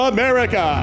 America